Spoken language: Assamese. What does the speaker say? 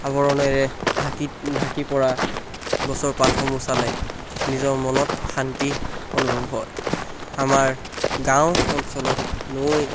আৱৰণেৰে ঢাকি ঢাকি পৰা গছৰ পাতসমূহ চালে নিজৰ মনত শান্তি অনুভৱ হয় আমাৰ গাঁও অঞ্চলত নৈ